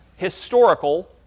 Historical